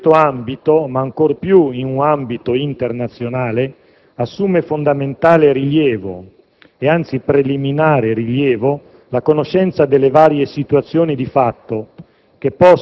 In questo ambito, ma ancor più in un ambito internazionale, assume fondamentale, anzi, preliminare rilievo, la conoscenza delle varie situazioni di fatto